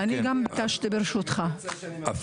אני רק רוצה להגיד משפט אחד ששמעתי שם מפי